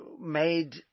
made